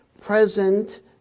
present